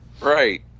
right